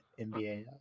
NBA